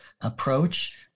approach